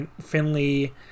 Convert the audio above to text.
finley